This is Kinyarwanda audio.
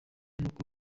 nuko